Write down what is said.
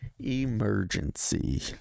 emergency